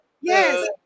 yes